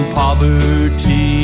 poverty